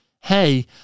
hey